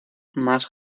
más